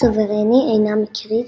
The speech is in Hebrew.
סוברני אינה מקרית,